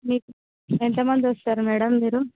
ఎంతమంది వస్తారు మేడమ్ మీరు